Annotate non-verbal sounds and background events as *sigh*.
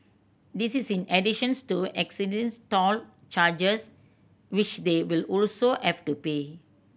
this is in additions to existing *unintelligible* toll charges which they will also have to pay